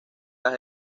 las